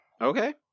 Okay